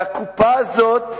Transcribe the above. והקופה הזאת,